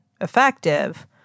effective